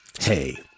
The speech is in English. Hey